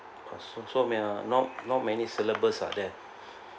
not so so not not many syllabus are there